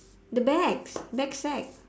the bags bag sack